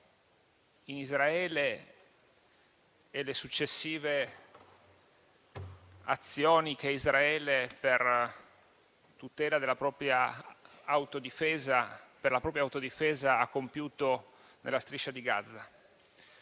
in Israele e le successive azioni che Israele, per la propria autodifesa, ha compiuto nella striscia di Gaza.